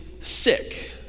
sick